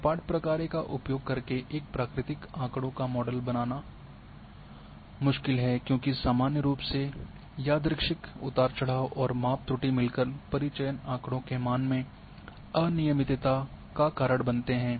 सपाट प्रकार्य का उपयोग करके एक प्राकृतिक आँकड़ों का मॉडल बनाना मुश्किल है क्योंकि सामान्य रूप से यादृच्छिक उतार चढ़ाव और माप त्रुटि मिलकर परिचयन आंकड़ों के मान में अनियमितता का कारण बनते है